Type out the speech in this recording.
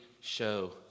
show